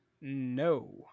No